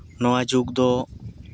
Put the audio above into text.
ᱱᱚᱣᱟ ᱡᱩᱜᱽ ᱫᱚ